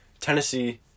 Tennessee